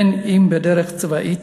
בין אם בדרך צבאית,